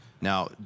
Now